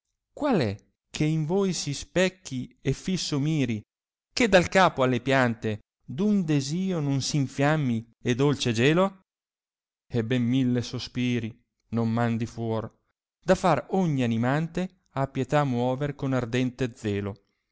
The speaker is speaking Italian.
qual è che in voi si specchi e fisso miri che dal capo alle piante d'un desio non s'infiammi e dolce gelo e ben mille sospiri non mandi fuor da far ogni animante a pietà muover con ardente zelo